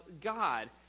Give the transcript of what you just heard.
God